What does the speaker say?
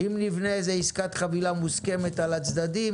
אם נבנה עסקת חבילה מוסכמת על הצדדים